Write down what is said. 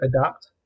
adapt